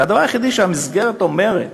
הדבר היחידי שהמסגרת אומרת